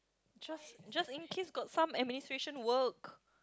just just in case got some administration work